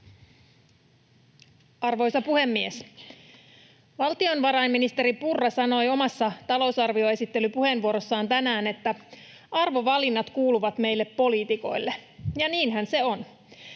Arvoisa puhemies! Valtiovarainministeri Purra sanoi omassa talousarvion esittelypuheenvuorossaan eilen, että ”arvovalinnat kuuluvat meille poliitikoille”, ja niinhän se on.